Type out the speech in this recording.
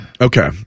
Okay